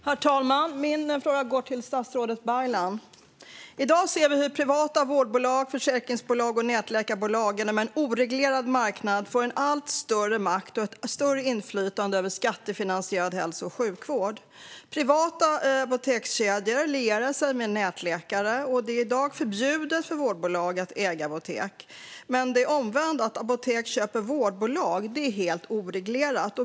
Herr talman! Min fråga går till statsrådet Baylan. I dag ser vi hur privata vårdbolag, försäkringsbolag och nätläkarbolag genom en oreglerad marknad får en allt större makt och ett större inflytande över skattefinansierad hälso och sjukvård. Privata apotekskedjor lierar sig med nätläkare. Det är i dag förbjudet för vårdbolag att äga apotek, men det omvända, att apotek köper vårdbolag, är helt oreglerat.